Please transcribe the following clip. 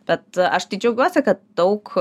bet aš tai džiaugiuosi kad daug